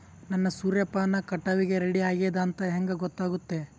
ನನ್ನ ಸೂರ್ಯಪಾನ ಕಟಾವಿಗೆ ರೆಡಿ ಆಗೇದ ಅಂತ ಹೆಂಗ ಗೊತ್ತಾಗುತ್ತೆ?